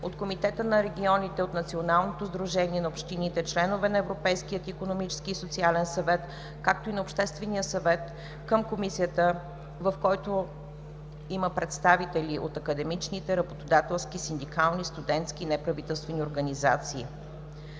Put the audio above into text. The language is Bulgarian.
от Комитета на регионите, от Националното сдружение на общините, членове на Европейския икономически и социален съвет, както и на Обществения съвет към Комисията, в който има представители от академичните, работодателски, синдикални, студентски и неправителствени организации.